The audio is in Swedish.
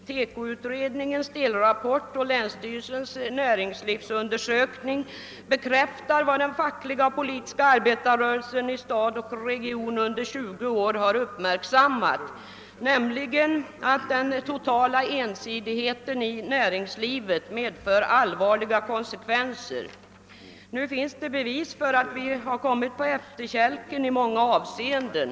TEKO-utredningens delrapport och länsstyrelsens näringslivsundersökning bekräftar vad den fackliga och politiska arbetarrörelsen i vår stad och region under 20 år har uppmärksammat, nämligen att den totala ensidigheten i näringslivet medfört allvarliga konsekvenser. Nu finns det bevis för att vi kommit på efterkälken i många avseenden.